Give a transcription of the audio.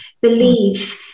believe